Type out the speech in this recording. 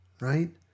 right